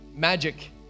Magic